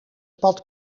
pad